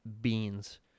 beans